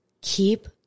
Keep